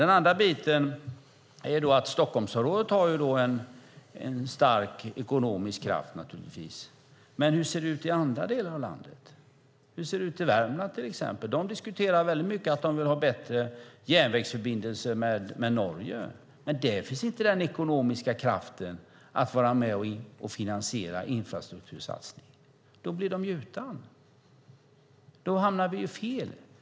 Den andra biten är att Stockholmsområdet naturligtvis har en stark ekonomisk kraft. Men hur ser det ut i andra delar av landet? Hur ser det ut i Värmland, till exempel? Där diskuterar man mycket att man vill ha bättre järnvägsförbindelser med Norge. Men där finns inte den ekonomiska kraften att vara med och finansiera infrastruktursatsningar. Då blir de utan. Då hamnar vi fel.